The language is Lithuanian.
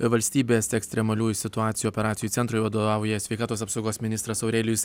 valstybės ekstremaliųjų situacijų operacijų centrui vadovauja sveikatos apsaugos ministras aurelijus